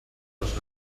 dels